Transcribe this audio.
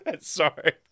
Sorry